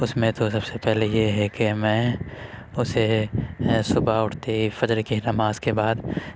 اس میں تو سب سے پہلے یہ ہے کہ میں اسے ہے صبح اٹھتے ہی فجر کی نماز کے بعد